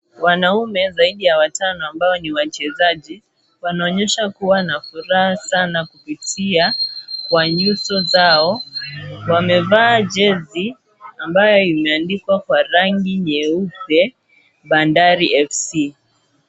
Wanaume zaidi ya watano ambao ni wachezaji wanaonyesha kuwa na furaha sana kupitia kwa nyuso zao wamevaa jezi ambayo imeandikwa kwa rangi nyeupe 'BANDARI FC'.